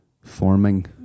Forming